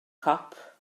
cop